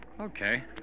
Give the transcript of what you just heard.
Okay